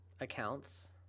accounts